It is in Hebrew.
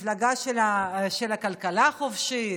מפלגה של כלכלה חופשית,